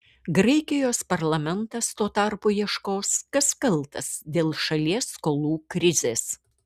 graikijos parlamentas tuo tarpu ieškos kas kaltas dėl šalies skolų krizės